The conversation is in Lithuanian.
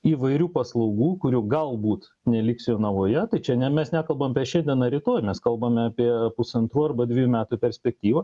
įvairių paslaugų kurių galbūt neliks jonavoje tai čia ne mes nekalbam apie šiandieną rytoj mes kalbame apie pusantrų arba dvejų metų perspektyvą